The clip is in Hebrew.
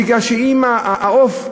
מפני שאם העוף,